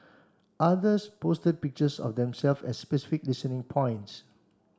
others posted pictures of themselves at specific listening points